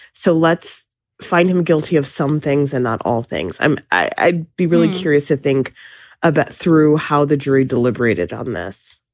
so let's find him guilty of some things and not all things. i'd be really curious to think about through how the jury deliberated on this